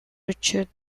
richard